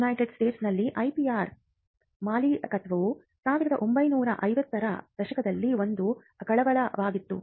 United ಸ್ಟೇಟ್ಸ್ನಲ್ಲಿ IPR ಮಾಲೀಕತ್ವವು 1950 ರ ದಶಕದಲ್ಲಿ ಒಂದು ಕಳವಳವಾಗಿತ್ತು